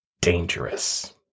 dangerous